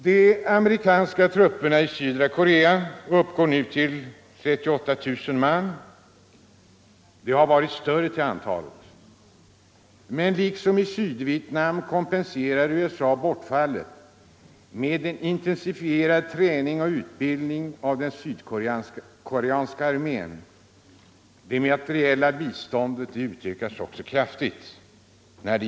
De amerikanska trupperna i södra Korea uppgår nu till 38 000 man. De har varit större till antalet, men liksom i Sydvietnam kompenserar USA bortfallet med en intensifierad träning och utbildning av den sydkoreanska armén. Det materiella biståndet till armén utökas också kraftigt.